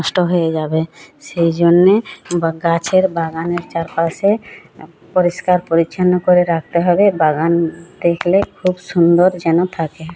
নষ্ট হয়ে যাবে সেই জন্যে বা গাছের বাগানের চারপাশে পরিষ্কার পরিচ্ছন্ন করে রাকতে হবে বাগান দেখলে খুব সুন্দর যেন থাকে